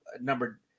number